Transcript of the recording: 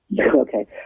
Okay